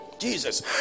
Jesus